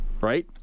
right